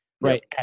Right